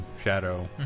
Shadow